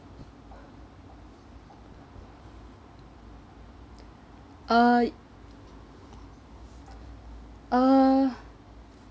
uh uh